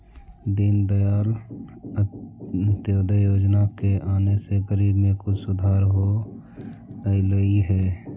दीनदयाल अंत्योदय योजना के आने से गरीबी में कुछ सुधार तो अईलई हे